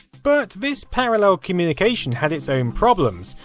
but this parallel communication had it's own problems.